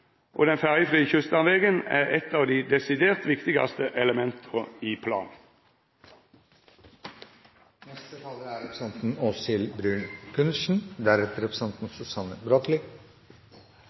og den ferjefrie kyststamvegen er eitt av dei desidert viktigaste elementa i planen. Sørlandet er